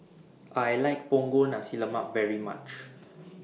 I like Punggol Nasi Lemak very much